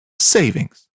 savings